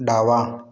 डावा